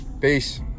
Peace